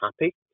happy